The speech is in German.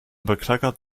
bekleckert